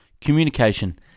Communication